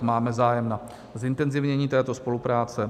Máme zájem na zintenzivnění této spolupráce.